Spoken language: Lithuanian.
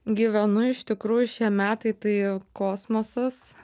gyvenu iš tikrųjų šie metai tai kosmosas